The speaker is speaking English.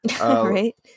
Right